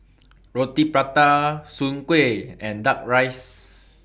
Roti Prata Soon Kway and Duck Rice